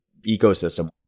ecosystem